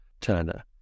Turner